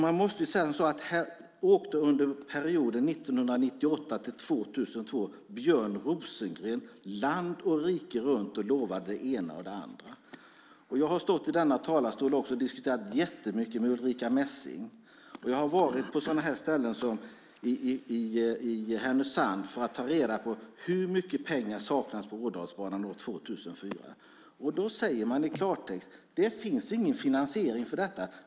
Under perioden 1998-2002 åkte Björn Rosengren land och rike runt och lovade det ena och det andra. Jag har stått i denna talarstol och diskuterat jättemycket med Ulrica Messing, och jag har varit på sådana ställen som i Härnösand för att ta reda på hur mycket pengar som saknades för Ådalsbanan år 2004. Man säger i klartext att det inte finns någon finansiering för detta.